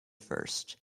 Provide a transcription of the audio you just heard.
first